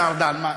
השר ארדן?